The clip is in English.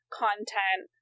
content